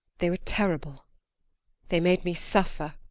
they were terrible they made me suffer